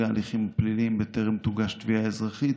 הליכים פליליים בטרם תוגש תביעה אזרחית,